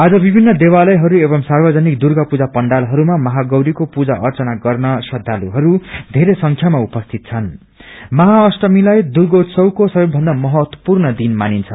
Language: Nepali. आज विभिन्न देवालयहरू एवं सार्वजनिक दुर्गापूजा पण्डालहरूमा महा गौरीको पूजा अघ्रना गर्न श्रदालुहरू धेरै संख्यमा उपस्थित छन् महा अष्टमीलाई दुगोंसवको सवै भन्दा महत्वपूर्ण दिन मानिन्छ